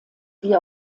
wie